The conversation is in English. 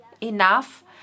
enough